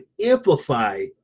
amplify